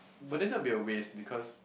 but then that would be a waste because